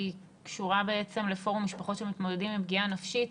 היא קשורה לפורום משפחות שמתמודדים עם פגיעה נפשית.